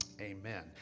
Amen